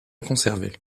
conservée